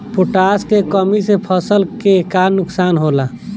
Potash के कमी से फसल के का नुकसान होला?